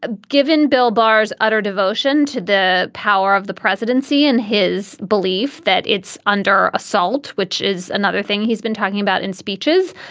ah given bill barr's utter devotion to the power of the presidency and his belief that it's under assault, which is another thing he's been talking about in speeches.